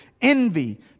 envy